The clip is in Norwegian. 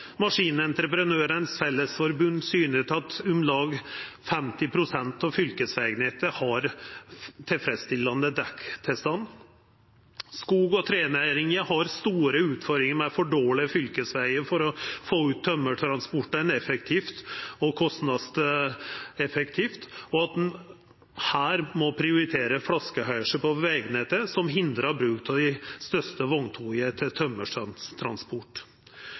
Maskinentreprenørenes Forbund syner til at om lag 50 pst. av fylkesvegnettet har tilfredsstillande tilstand på dekke. Skog- og trenæringa har store utfordringar med for dårlege fylkesvegar for å få ut tømmertransportane effektivt og kostnadseffektivt, og ein må prioritere flaskehalsar på vegnettet, noko som hindrar bruk av dei største vogntoga til